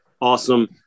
awesome